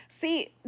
See